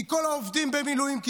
כי כל העובדים במילואים,